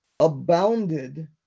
abounded